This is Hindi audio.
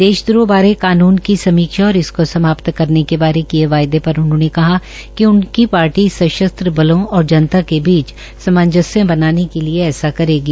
देशद्रोह बारे कानून की समीक्षा और इसको समाप्त करने बारे किये वायदे पर उन्होंने कहा कि उनकी पार्टी सशस्त्र बलो और जनता के बीच सामंजस्य बनाने के लिये ऐसा करेगी